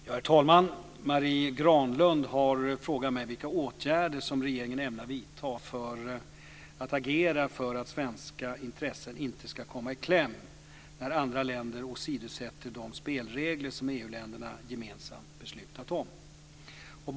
Herr talman! Marie Granlund har frågat mig vilka åtgärder regeringen ämnar vidta för att svenska intressen inte ska komma i kläm när andra länder åsidosätter de spelregler som EU-länderna gemensamt beslutat om.